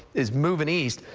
is moving east.